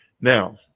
Now